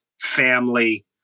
family